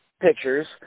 pictures